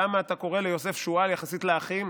למה אתה קורא ליוסף שועל יחסית לאחים?